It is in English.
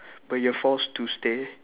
but you are forced to stay